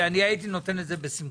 הייתי נותן את זה בשמחה.